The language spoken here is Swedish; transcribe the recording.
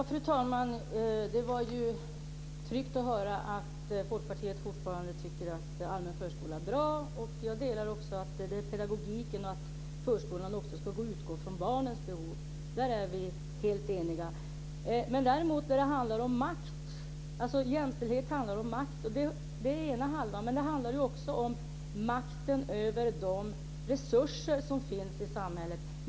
Fru talman! Det var tryggt att höra att Folkpartiet fortfarande tycker att allmän förskola är bra. Jag delar också synen på pedagogiken och att förskolan ska utgå från barnens behov. Där är vi helt eniga, men däremot inte när det handlar om makt. Jämställdhet handlar om makt. Det är ena halvan. Men det handlar också om makten över de resurser som finns i samhället.